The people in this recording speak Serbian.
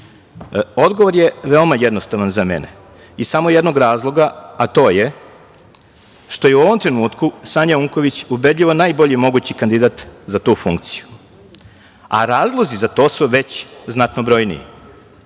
Odgovor je veoma jednostavan za mene iz samo jednog razloga, a to je što je u ovom trenutku Sanja Unković ubedljivo najbolji mogući kandidat za tu funkciju. Razlozi za to su već znatno brojniji. Prvo,